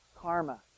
karma